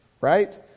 Right